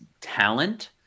talent